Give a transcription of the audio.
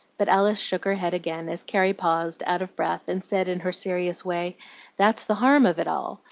but alice shook her head again, as carrie paused out of breath, and said in her serious way that's the harm of it all.